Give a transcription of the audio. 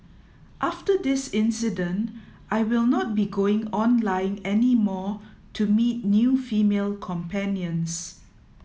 after this incident I will not be going online any more to meet new female companions